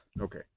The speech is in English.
Okay